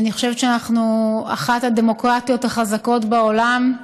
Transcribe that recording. אני חושבת שאנחנו אחת הדמוקרטיות החזקות בעולם.